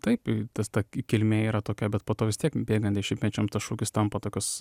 taip tas ta kilmė yra tokia bet po to vis tiek bėgant šimtmečiam tas šūkis tampa tokios